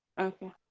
Okay